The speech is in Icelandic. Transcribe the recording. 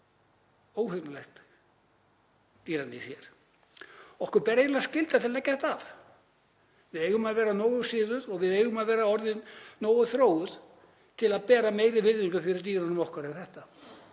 óhugnanlegt dýraníð hér. Okkur ber eiginlega skylda til að leggja þetta af. Við eigum að vera nógu siðuð og við eigum að vera orðin nógu þróuð til að bera meiri virðingu fyrir dýrunum okkar en þetta.